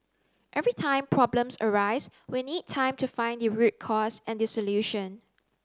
every time problems arise we need time to find the root cause and the solution